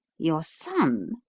your son?